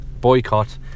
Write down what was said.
Boycott